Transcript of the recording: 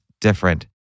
different